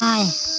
ताएं